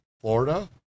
Florida